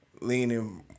leaning